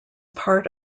part